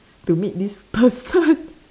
to meet this person